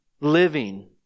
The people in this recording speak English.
living